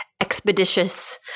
expeditious